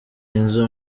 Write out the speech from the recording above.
inzu